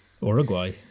Uruguay